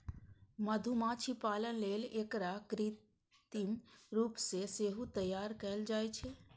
मधुमाछी पालन लेल एकरा कृत्रिम रूप सं सेहो तैयार कैल जाइ छै